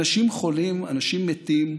אנשים חולים, אנשים מתים.